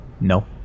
No